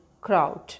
crowd